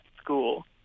school